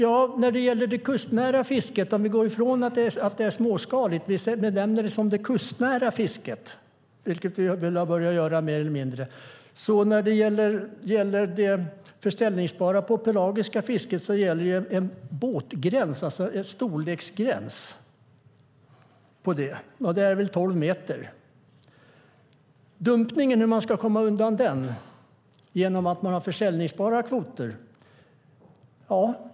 Herr talman! Vi kan gå ifrån att det är småskaligt och benämna det kustnära fiske, vilket vi har börjat göra mer eller mindre. När det gäller säljbara kvoter för det pelagiska fisket gäller en storleksgräns för båtar. Det är väl 12 meter. Jan-Olof Larsson undrar hur man ska kunna komma undan dumpningen genom säljbara kvoter.